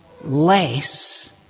less